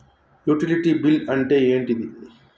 Utility bill అంటే ఏంటిది?